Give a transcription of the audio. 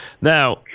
Now